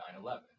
9/11